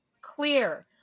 Clear